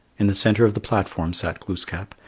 in the centre of the platform sat glooskap,